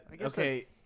Okay